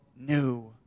new